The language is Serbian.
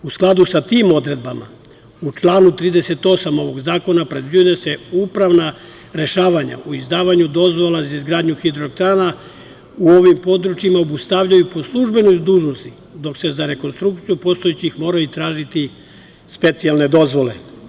U skladu sa tim odredbama, u članu 38. ovog zakona predviđeno je da se upravna rešavanja o izdavanju dozvola za izgradnju hidroelektrana u ovim područjima obustavljaju po službenoj dužnosti, dok se za rekonstrukciju postojećih mora tražiti specijalne dozvole.